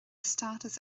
stádas